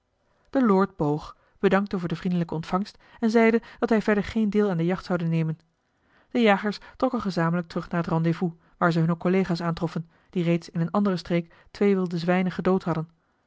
lord boog bedankte voor de vriendelijke ontvangst en zeide dat hij verder geen deel aan de jacht zoude nemen de jagers trokken gezamenlijk terug naar het rendez-vous waar ze hunne collega's aantroffen die reeds in eene andere streek twee wilde zwijnen gedood hadden